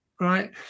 right